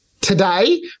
today